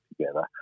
together